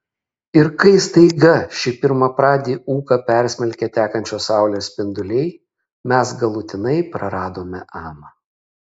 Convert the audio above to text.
ir kai staiga šį pirmapradį ūką persmelkė tekančios saulės spinduliai mes galutinai praradome amą